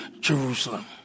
Jerusalem